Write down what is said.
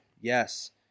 Yes